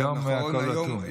היום הכול אטום.